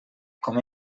com